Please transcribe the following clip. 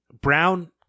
Brown